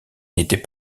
n’était